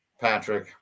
Patrick